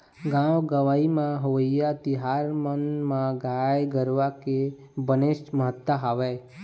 गाँव गंवई म होवइया तिहार मन म गाय गरुवा मन के बनेच महत्ता हवय